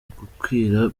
gukwira